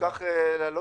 הווי אומר,